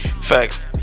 facts